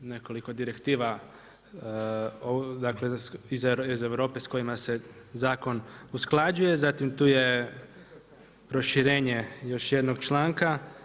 Nekoliko direktiva iz Europe s kojima se zakon usklađuje, zatim tu je proširenje još jednog članka.